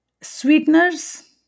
Sweeteners